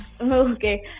okay